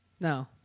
No